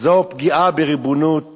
זו פגיעה בריבונות